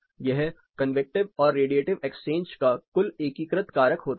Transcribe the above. यह कन्वेक्टिव और radiative exchange का कुल एकीकृत कारक होता है